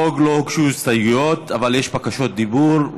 לחוק לא הוגשו הסתייגויות, אבל יש בקשות דיבור.